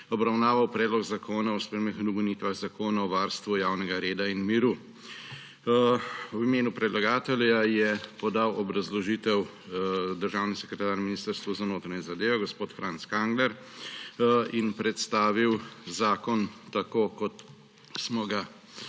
obravnaval Predlog zakona o spremembah in dopolnitvah Zakona o varstvu javnega reda in miru. V imenu predlagatelja je podal obrazložitev državni sekretar na Ministrstvu za notranje zadeve gospod Franc Kangler in predstavil zakon tako, kot smo ga slišali